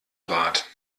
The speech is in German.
rat